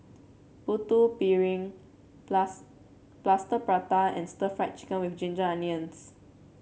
Putu Piring Plaster Prata and Stir Fried Chicken with Ginger Onions